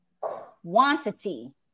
quantity